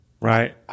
Right